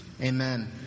amen